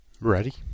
ready